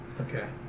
Okay